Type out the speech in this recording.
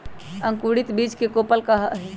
अंकुरित बीज के कोपल कहा हई